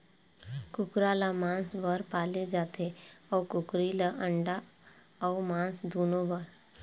कुकरा ल मांस बर पाले जाथे अउ कुकरी ल अंडा अउ मांस दुनो बर